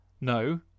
No